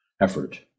effort